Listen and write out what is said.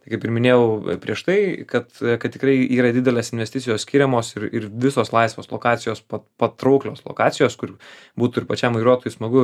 tai kaip ir minėjau prieš tai kad kad tikrai yra didelės investicijos skiriamos ir ir visos laisvos lokacijos patrauklios lokacijos kurių būtų ir pačiam vairuotojui smagu